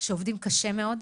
שעובדים קשה מאוד,